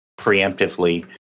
preemptively